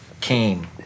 came